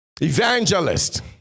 Evangelist